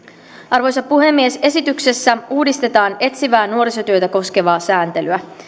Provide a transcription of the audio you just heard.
arvoisa puhemies esityksessä uudistetaan etsivää nuorisotyötä koskevaa sääntelyä